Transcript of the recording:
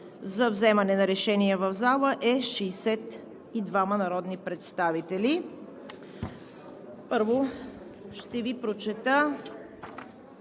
за вземане на решения в залата е 62 народни представители. Първо ще Ви прочета